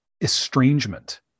estrangement